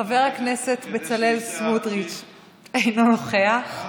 חבר הכנסת בצלאל סמוטריץ' אינו נוכח,